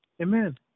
Amen